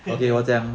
!huh!